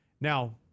Now